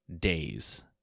days